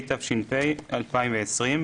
התש"ף 2020‏,